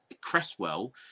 Cresswell